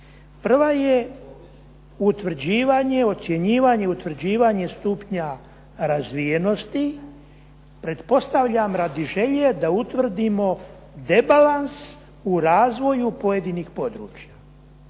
Prva je utvrđivanje, ocjenjivanje, utvrđivanje stupnja razvijenosti pretpostavljam radi želje da utvrdimo debalans u razvoju pojedinih područja.